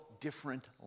different